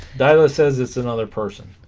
tyler says it's another person